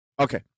okay